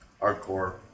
Hardcore